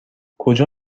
کجا